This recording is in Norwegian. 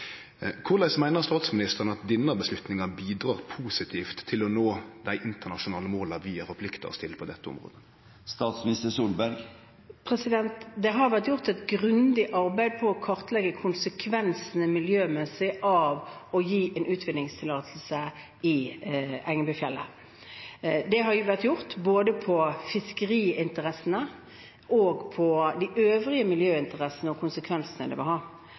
meiner statsministeren at denne avgjerda bidrar positivt til å nå dei internasjonale måla vi har forplikta oss til på dette området? Det har vært gjort et grundig arbeid med å kartlegge konsekvensene miljømessig av å gi utvinningstillatelse i Engebøfjellet. Det har vært gjort med hensyn til både fiskeriinteressene og de øvrige miljøinteressene og konsekvensene det vil ha.